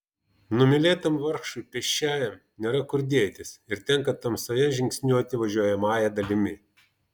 numylėtam vargšui pėsčiajam nėra kur dėtis ir tenka tamsoje žingsniuoti važiuojamąja dalimi